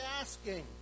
asking